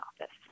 office